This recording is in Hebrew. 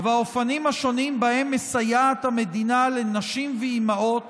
והאופנים השונים שבהם מסייעת המדינה לנשים ואימהות